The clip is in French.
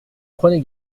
prenez